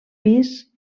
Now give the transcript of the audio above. pis